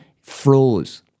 froze